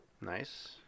Nice